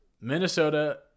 Minnesota